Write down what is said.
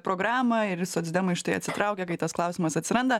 programą ir socdemai štai atsitraukia kai tas klausimas atsiranda